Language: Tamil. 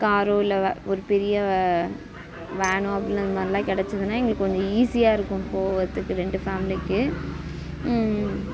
காரோ இல்லை ஒரு பெரிய வேனோ அப்படிலாம் இந்த மாதிரிலாம் கிடச்சிதுனா எங்களுக்கு கொஞ்சம் ஈசியாக இருக்கும் போவறதுக்கு ரெண்டு ஃபேம்லிக்கு